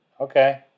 Okay